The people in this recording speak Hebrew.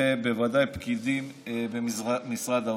ובוודאי פקידים במשרד האוצר.